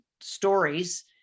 stories